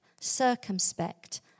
circumspect